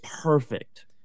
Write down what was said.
perfect